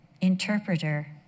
interpreter